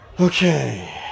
Okay